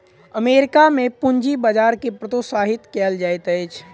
America में पूंजी बजार के प्रोत्साहित कयल जाइत अछि